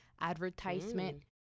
advertisement